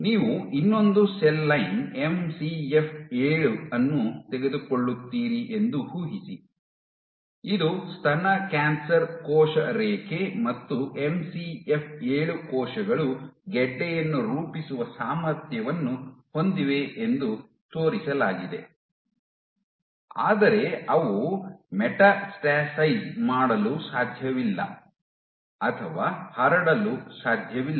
ನೀವು ಇನ್ನೊಂದು cell line MCF 7 ಅನ್ನು ತೆಗೆದುಕೊಳ್ಳುತ್ತೀರಿ ಎಂದು ಊಹಿಸಿ ಇದು ಸ್ತನ ಕ್ಯಾನ್ಸರ್ ಕೋಶ ರೇಖೆ ಮತ್ತು ಎಂಸಿಎಫ್ 7 ಕೋಶಗಳು ಗೆಡ್ಡೆಯನ್ನು ರೂಪಿಸುವ ಸಾಮರ್ಥ್ಯವನ್ನು ಹೊಂದಿವೆ ಎಂದು ತೋರಿಸಲಾಗಿದೆ ಆದರೆ ಅವು ಮೆಟಾಸ್ಟಾಸೈಸ್ ಮಾಡಲು ಸಾಧ್ಯವಿಲ್ಲ ಅಥವಾ ಹರಡಲು ಸಾಧ್ಯವಿಲ್ಲ